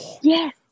yes